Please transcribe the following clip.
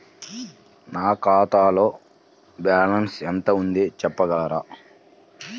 నా ఖాతాలో బ్యాలన్స్ ఎంత ఉంది చెప్పగలరా?